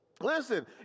Listen